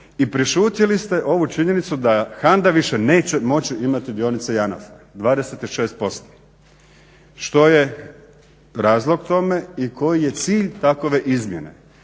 i prešutjeli ste ovu činjenicu da HANDA više neće moći imati dionice JANAF-a, 26%. Što je razlog tome i koji je cilj takve izmjene?